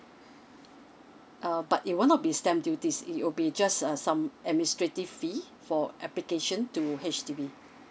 uh but it will not be stamp duty it will be just uh some administrative fees for application to H_D_B